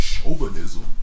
Chauvinism